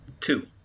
Two